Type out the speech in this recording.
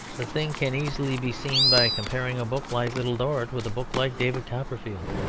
the thing can easily be seen by comparing a book like little dorrit with a book like david copperfield.